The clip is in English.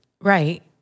Right